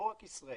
לא רק ישראל,